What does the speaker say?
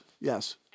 yes